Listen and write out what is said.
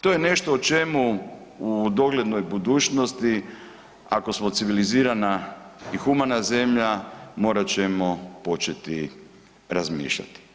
To je nešto o čemu u doglednoj budućnosti ako smo civilizirana i humana zemlja morat ćemo početi razmišljati.